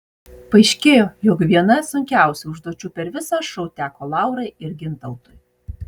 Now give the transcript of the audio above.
paaiškėjo jog viena sunkiausių užduočių per visą šou teko laurai ir gintautui